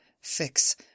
fix